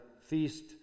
feast